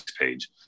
page